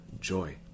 joy